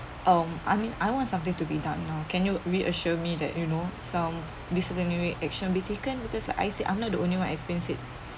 um I mean I want something to be done you know can you reassure me that you know some disciplinary action be taken because like I say I'm not the only experience it